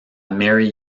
mary